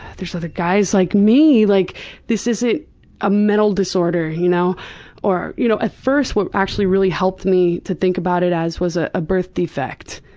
there's other guys like me. like this isn't a mental disorder. you know or you know at first, what actually really helped me to think about it as was ah a birth defect.